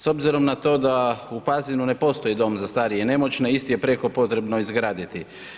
S obzirom na to da u Pazinu ne postoji dom za starije i nemoćne, isti je prijeko potreban izgraditi.